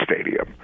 stadium